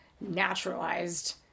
naturalized